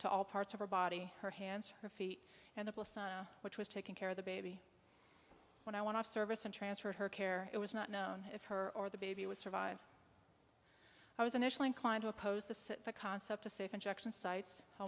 to all parts of her body her hands her feet and the placenta which was taking care of the baby when i went to service and transferred her care it was not known if her or the baby would survive i was initially inclined to oppose the concept of safe injection sites i